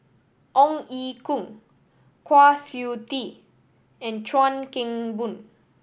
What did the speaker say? Ong Ye Kung Kwa Siew Tee and Chuan Keng Boon